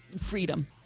Freedom